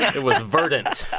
it was verdant